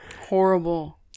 Horrible